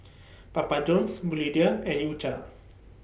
Papa Johns Bluedio and U Cha